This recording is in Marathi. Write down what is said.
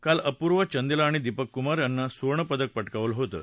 काल अपूर्वी चंदेला आणि दिपक कुमार यांनी सुवर्ण पदक प क्रावलं होतं